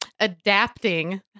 adapting